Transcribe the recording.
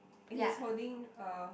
he's holding a